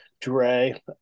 Dre